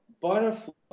butterfly